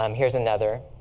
um here's another.